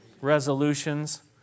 Resolutions